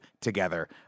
together